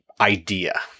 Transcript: idea